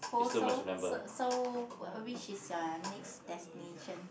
so so so which is your next destination